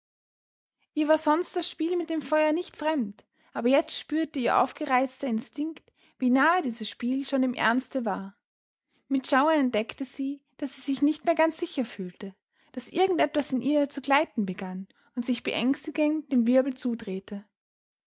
ihr war sonst das spiel mit dem feuer nicht fremd aber jetzt spürte ihr aufgereizter instinkt wie nahe dieses spiel schon dem ernste war mit schauern entdeckte sie daß sie sich nicht mehr ganz sicher fühlte daß irgend etwas in ihr zu gleiten begann und sich beängstigend dem wirbel zudrehte